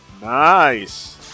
Nice